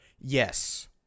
Yes